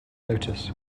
lotus